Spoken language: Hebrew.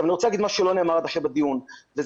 אני רוצה לומר משהו שלא נאמר בדיון וזה